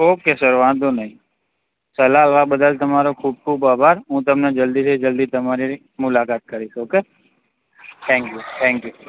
okay sir વાંધો નહીં સલાહ આપવા બદલ તમારો ખૂબ ખૂબ આભાર હું તમને જલ્દી થી જલ્દી તમારી મુલાકાત કરીશ ઓકે થેન્કયૂ થેન્કયૂ